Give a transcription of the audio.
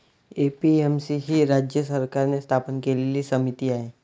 APMC ही राज्य सरकारने स्थापन केलेली समिती आहे